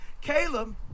Caleb